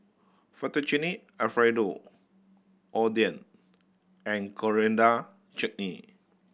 Fettuccine Alfredo Oden and Coriander Chutney